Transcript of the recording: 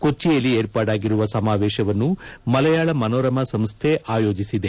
ಕೊಚ್ಚಿಯಲ್ಲಿ ಏರ್ಪಾಡಾಗಿರುವ ಸಮಾವೇಶವನ್ನು ಮಲಯಾಳ ಮನೋರಮಾ ಸಂಸ್ಟೆ ಆಯೋಜಿಸಿದೆ